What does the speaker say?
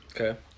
Okay